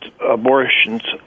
abortions